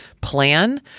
plan